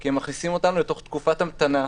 כי הן מכניסות אותנו לתוך תקופת המתנה.